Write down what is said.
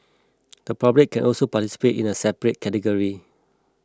the public can also participate in a separate category